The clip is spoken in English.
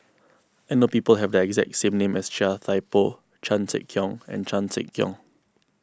I know people who have the exact same name as Chia Thye Poh Chan Sek Keong and Chan Sek Keong